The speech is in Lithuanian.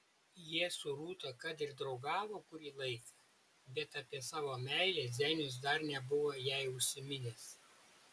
jie su rūta kad ir draugavo kurį laiką bet apie savo meilę zenius dar nebuvo jai užsiminęs